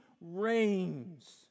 reigns